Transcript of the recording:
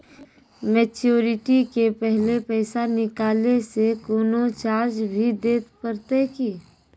Maturity के पहले पैसा निकालै से कोनो चार्ज भी देत परतै की?